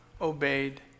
obeyed